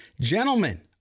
Gentlemen